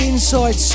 Inside